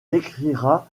écrira